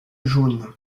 jaune